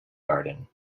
garden